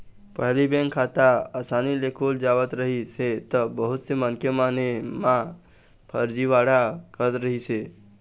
पहिली बेंक खाता असानी ले खुल जावत रहिस हे त बहुत से मनखे मन एमा फरजीवाड़ा करत रहिस हे